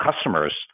customers